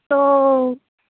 تو